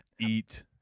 Eat